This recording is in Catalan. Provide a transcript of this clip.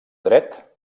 dret